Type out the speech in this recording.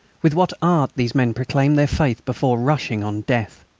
with what art, these men proclaimed their faith before rushing on death!